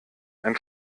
ein